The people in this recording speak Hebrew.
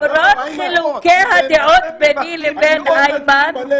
למרות חילוקי הדעות ביני לבין איימן